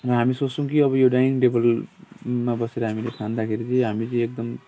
र हामी सोच्छौँ कि अब यो डाइनिङ टेबल मा बसेर हामीले खाँदाखेरि चाहिँ हामी चाहिँ एकदम